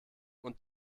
und